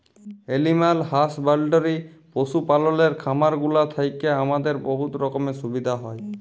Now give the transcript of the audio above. animal husbandry পশু পাললের খামারগুলা থ্যাইকে আমাদের বহুত রকমের সুবিধা হ্যয়